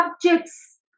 subjects